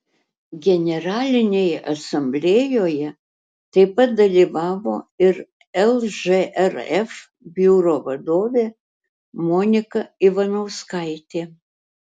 generalinėje asamblėjoje taip pat dalyvavo ir lžrf biuro vadovė monika ivanauskaitė